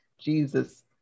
Jesus